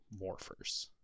morphers